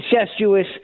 incestuous